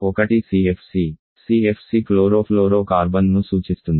ఒకటి CFC CFC క్లోరోఫ్లోరో కార్బన్ను సూచిస్తుంది